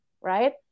right